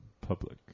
public